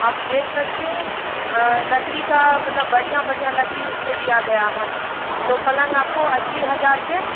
आप देख सकते हैं लकड़ी का मतलब बढ़िया बढ़िया लकड़ी उसमें दिया गया है तो पलंग आपको अस्सी हज़ार से